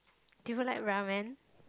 do you like Ramen